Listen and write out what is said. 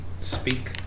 speak